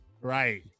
right